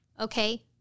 okay